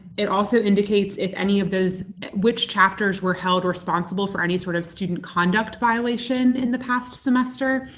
it also indicates if any of those which chapters were held responsible for any sort of student conduct violation in the past semester.